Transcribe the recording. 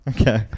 Okay